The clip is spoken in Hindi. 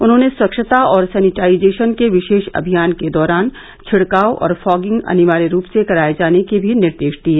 उन्होंने स्वच्छता और सैनिटाइजेशन के विशेष अभियान के दौरान छिड़काव और फॉगिंग अनिवार्य रूप से कराए जाने के भी निर्देश दिए